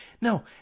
No